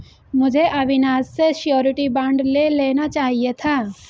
मुझे अविनाश से surety bond ले लेना चाहिए था